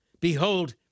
Behold